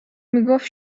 میگفت